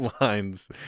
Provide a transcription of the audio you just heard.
lines